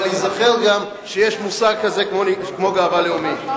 אבל להיזכר גם שיש מושג כזה כמו גאווה לאומית.